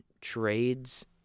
trades